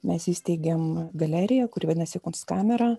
mes įsteigėm galeriją kuri vadinasi kunskamera